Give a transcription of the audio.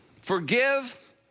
forgive